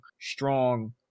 strong